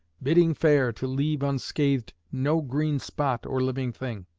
bidding fair to leave unscathed no green spot or living thing